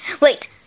wait